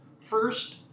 first